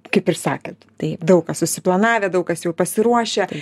kaip ir sakėt tai daug kas susiplanavę daug kas jau pasiruošę